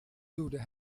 duwde